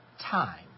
time